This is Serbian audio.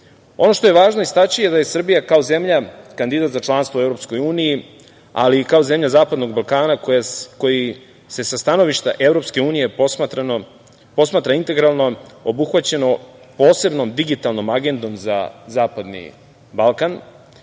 što je važno istaći jeste da je Srbija kao zemlja kandidat za članstvo u EU, ali i kao zemlja Zapadnog Balkana, koji se sa stanovišta EU posmatra integralno obuhvaćeno posebno Digitalnom agendom za Zapadni Balkan,